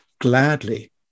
Gladly